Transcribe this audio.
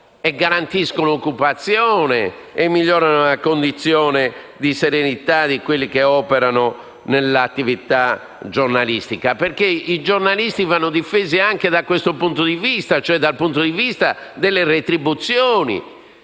garantiscono occupazione, migliorando la condizione di serenità di quanti operano nell'attività giornalistica. I giornalisti, infatti, vanno difesi anche da questo punto di vista, cioè dal punto di vista delle retribuzioni: